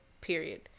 period